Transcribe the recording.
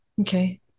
okay